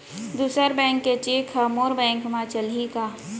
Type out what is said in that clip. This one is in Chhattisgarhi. दूसर बैंक के चेक ह मोर बैंक म चलही का?